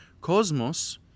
Cosmos